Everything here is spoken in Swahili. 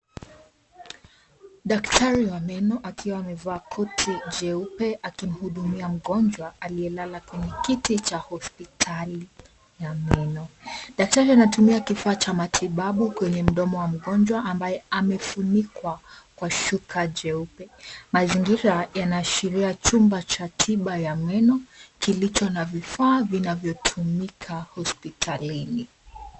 Daktari wa meno akiwa amevaa koti jeupe akimhudumia mgonjwa aliye lala kwenye kiti cha hospitali ya meno. Daktari anatumia kifaa cha matibabu kwenye mdomo wa mgonjwa ambaye amefunikwa kwa shuka jeupe. Mazingira yana ashiria chumba cha tiba ya meno kilicho na vifaa vinavyo tumika hospitalini.